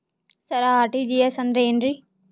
ಸರ RTGS ಅಂದ್ರ ಏನ್ರೀ?